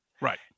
Right